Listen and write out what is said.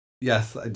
Yes